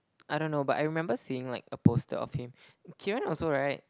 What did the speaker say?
I don't know but I remember seeing like a poster of him Keiran also right